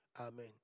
Amen